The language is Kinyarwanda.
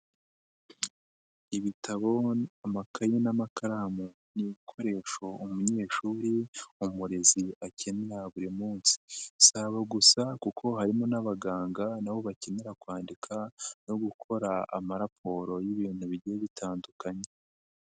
Ibitabo, amakaye n'amakaramu ni ibikoresho umunyeshuri, umurezi akenera buri munsi. Si aba gusa kuko harimo n'abaganga na bo bakenera kwandika no gukora amaraporo y'ibintu bigiye bitandukanye.